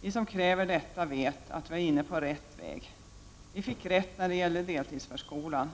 Vi som kräver detta vet att vi är inne på rätt väg. Vi fick rätt när det gällde deltidsförskolan,